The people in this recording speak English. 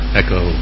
echo